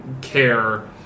care